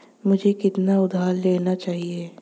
मुझे कितना उधार लेना चाहिए?